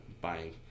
buying